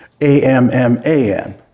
A-M-M-A-N